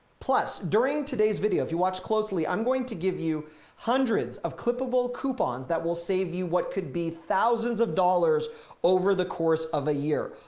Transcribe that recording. plus, during today's video, if you watch closely, i'm going to give you hundreds of clippable coupons that will save you what could be thousands of dollars over the course of a year.